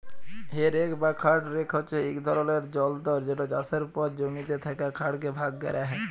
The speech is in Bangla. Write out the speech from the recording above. হে রেক বা খড় রেক হছে ইক ধরলের যলতর যেট চাষের পর জমিতে থ্যাকা খড়কে ভাগ ক্যরা হ্যয়